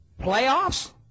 Playoffs